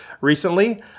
recently